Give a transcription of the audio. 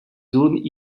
zones